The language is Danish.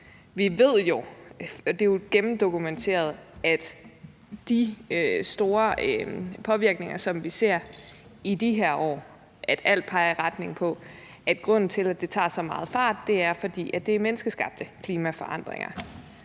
vi ved jo – og det er jo gennemdokumenteret – at hvad angår de store påvirkninger, som vi ser i de her år, så peger alt i retning af, at grunden til, at det tager så meget fart, er, at det er menneskeskabte klimaforandringer.